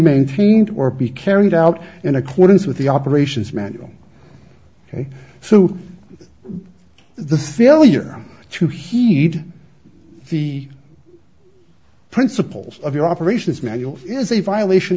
maintained or be carried out in accordance with the operations manual ok so the failure to heed the principals of your operations manual is a violation